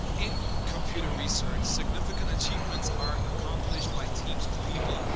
in computer research significant achievements are accomplished by teams of people,